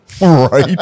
Right